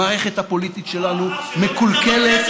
המערכת הפוליטית שלנו מקולקלת,